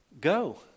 go